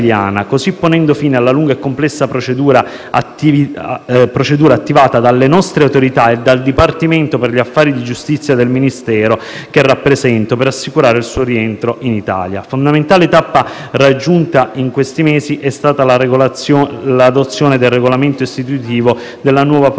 così fine alla lunga e complessa procedura attivata dalle nostre autorità e dal Dipartimento per gli affari di giustizia del Ministero che rappresento per assicurare il suo rientro in Italia. Fondamentale tappa raggiunta in questi mesi è stata l'adozione del regolamento istitutivo della nuova Procura